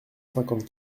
cinquante